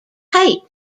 hate